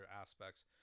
aspects